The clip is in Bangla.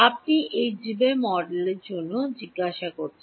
আপনি এই দেবি মডেল জন্য জিজ্ঞাসা করছেন